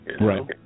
Right